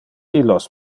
illos